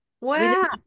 Wow